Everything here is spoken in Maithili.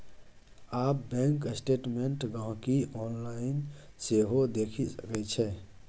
आब बैंक स्टेटमेंट गांहिकी आनलाइन सेहो देखि सकै छै